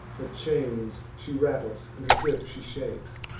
her chains she rattles, and her whip she shakes